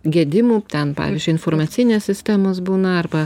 gedimų ten pavyzdžiui informacinės sistemos būna arba